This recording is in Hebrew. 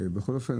הראשונה,